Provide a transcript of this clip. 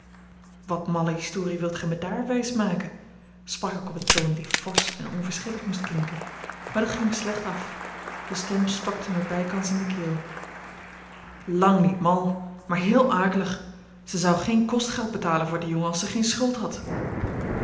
wat malle historie wilt gij mij daar wijs maken sprak ik op een toon die forsch en onverschillig moest klinken maar dat ging mij slecht af de stem stokte mij bijkans in de keel lang niet mal maar heel akelig zij zou geen kostgeld betalen voor den jongen als zij geen schuld had